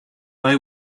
they